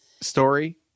Story